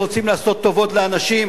רוצים לעשות טובות לאנשים.